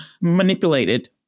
manipulated